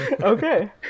Okay